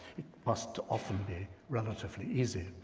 it must often be relatively easy.